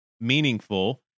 meaningful